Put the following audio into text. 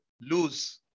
lose